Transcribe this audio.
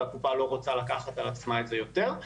והקופה לא רוצה לקחת על עצמה את זה יותר.